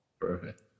Perfect